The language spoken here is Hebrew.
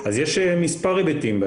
אז יש מספר היבטים.